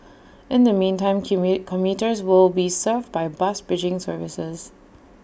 in the meantime commuters will be served by bus bridging services